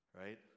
right